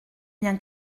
bien